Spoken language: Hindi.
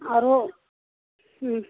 और वो हूं